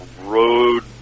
road